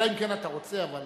אלא אם כן אתה רוצה, אבל,